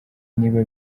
niba